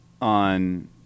on